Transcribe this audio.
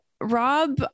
Rob